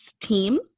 team